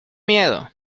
miedo